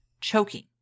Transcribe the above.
choking